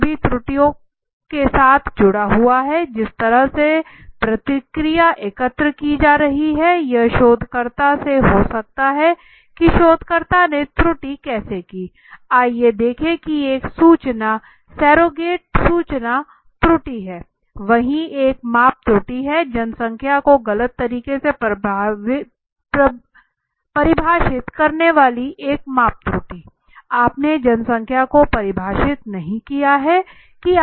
सभी त्रुटियों के साथ जुड़ा हुआ है कि जिस तरह से प्रतिक्रिया एकत्र की जा रही हैं यह शोधकर्ता से हो सकता है कि शोधकर्ता ने त्रुटि कैसे की आइए देखें कि एक सूचना सरोगेट सूचना त्रुटि है वहीं एक माप त्रुटि है जनसंख्या को गलत तरीके से परिभाषित करने वाली एक माप त्रुटि आपने जनसंख्या को परिभाषित भी नहीं किया है कि आपकी जनसंख्या क्या है